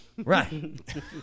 Right